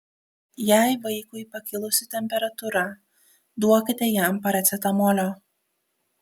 jei vaikui pakilusi temperatūra duokite jam paracetamolio